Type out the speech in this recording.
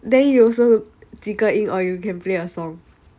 then you also 几个音 or you can play a song